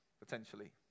Potentially